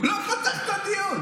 הוא אפילו לא פתח את הדיון.